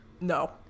no